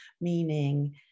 meaning